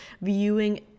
viewing